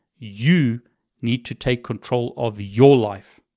you need to take control of your life.